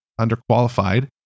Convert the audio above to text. underqualified